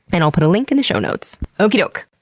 and i'll put a link in the show notes. okie doke!